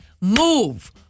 move